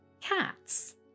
cats